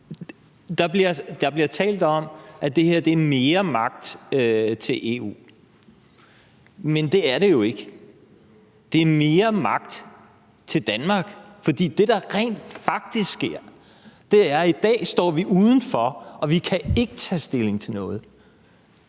Der bliver talt om, at det her er mere magt til EU, men det er det jo ikke. Det er mere magt til Danmark, fordi det, der rent faktisk er tilfældet, er, at vi i dag står udenfor og ikke kan tage stilling til noget.